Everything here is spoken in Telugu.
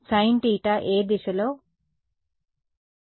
sin తీటా ఏ దిశలో ϕˆ